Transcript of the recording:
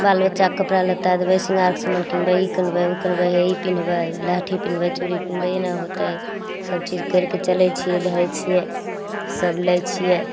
बाल बच्चाके कपड़ा लत्ता देबय श्रिङ्गारके सामान किनबय ई किनबय उ किनबय हे ई पिन्हबय लहठी पिन्हबय चूड़ी पिन्हबय हे एना होतय सबचीज करि कऽ चलय छियै धरय छियै सब लै छियै